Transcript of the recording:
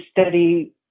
study